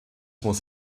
muss